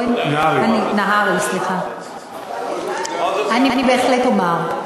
נהרי, אני בהחלט אומר.